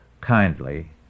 kindly